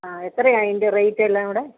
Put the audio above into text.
ആ എത്രയാ അതിന്റെ റേറ്റ് എല്ലാം കൂടെ